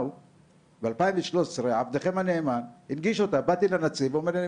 ב-2013 עבדכם הנאמן באתי לנציב ואמרתי,